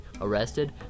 arrested